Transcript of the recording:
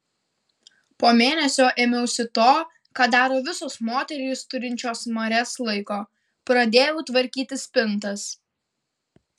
po mėnesio ėmiausi to ką daro visos moterys turinčios marias laiko pradėjau tvarkyti spintas